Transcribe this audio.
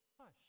hush